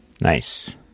Nice